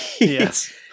Yes